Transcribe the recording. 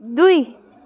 दुई